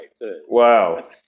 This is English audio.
Wow